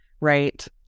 right